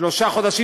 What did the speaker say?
שלושה חודשים.